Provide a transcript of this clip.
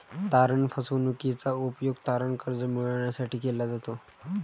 तारण फसवणूकीचा उपयोग तारण कर्ज मिळविण्यासाठी केला जातो